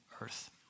earth